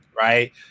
right